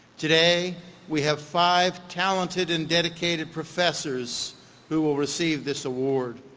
today we have five talented and dedicated professors who will receive this award.